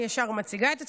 אני ישר מציגה את עצמי,